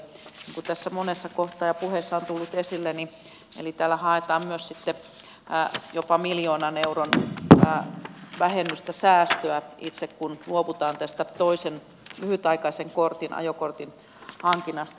kuten monessa kohtaa ja puheissa on tullut esille niin tällä haetaan myös jopa miljoonan euron vähennystä ja säästöä kun luovutaan toisen lyhytaikaisen ajokortin hankinnasta